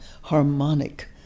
harmonic